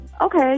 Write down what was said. okay